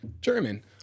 German